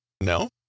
No